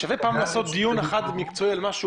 שווה פעם אחת לעשות דיון אחד ומקצועי על מה שהוא